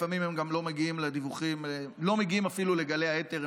ולפעמים הן לא מגיעות אפילו לגלי האתר.